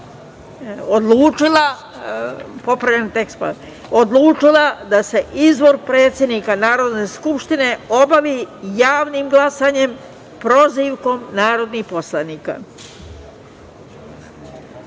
odlučila da se izbor predsednika Narodne skupštine obavi javnim glasanjem – prozivkom narodnih poslanika. Prelazimo